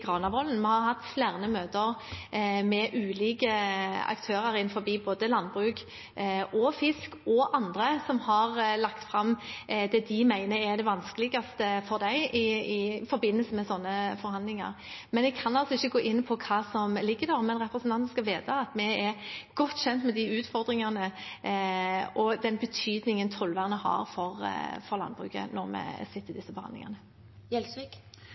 Vi har hatt flere møter med ulike aktører innenfor både landbruk, fisk og annet som har lagt fram det de mener er det vanskeligste for dem i forbindelse med slike forhandlinger. Jeg kan altså ikke gå inn på hva som ligger der, men representanten skal vite at vi er godt kjent med de utfordringene og den betydningen tollvernet har for landbruket, når vi sitter i disse